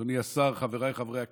אדוני השר, חבריי חברי הכנסת,